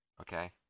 okay